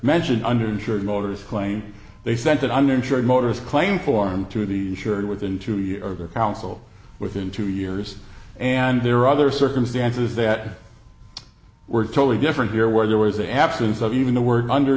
mentioned under insured motors claiming they sent an uninsured motorist claim form to the surety within two years of their counsel within two years and there are other circumstances that we're totally different here where there was the absence of even the word under